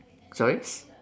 sorry